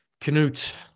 Knut